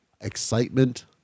excitement